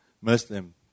Muslim